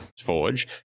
forge